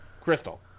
Crystal